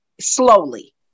slowly